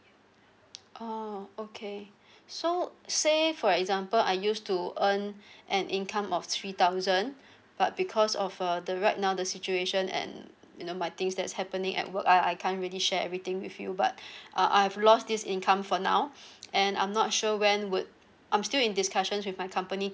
oh okay so say for example I used to earn an income of three thousand but because of uh the right now the situation and you know my things that's happening at work I I can't really share everything with you but uh I've lost this income for now and I'm not sure when would I'm still in discussions with my company